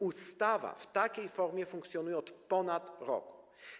Ustawa w takiej formie funkcjonuje od ponad roku.